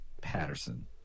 Patterson